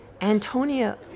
Antonia